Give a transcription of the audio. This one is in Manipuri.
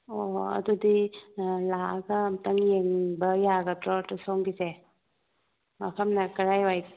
ꯑꯣ ꯑꯗꯨꯗꯤ ꯂꯥꯛꯑꯒ ꯑꯝꯇꯪ ꯌꯦꯡꯅꯤꯡꯕ ꯌꯥꯒꯗ꯭ꯔꯣ ꯑꯗꯣ ꯁꯣꯝꯒꯤꯁꯦ ꯃꯐꯝꯅ ꯀꯔꯥꯏꯋꯥꯏ